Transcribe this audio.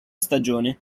stagione